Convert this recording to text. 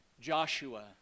Joshua